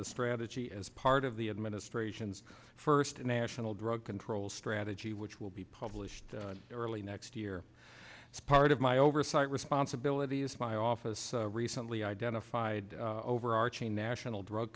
the strategy as part of the administration's first national drug control strategy which will be published early next year as part of my oversight responsibility is my office recently identified overarching national drug